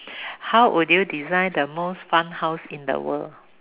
how would you design the most fun house in the world